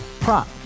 prop